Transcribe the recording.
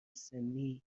سنی